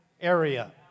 area